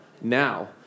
Now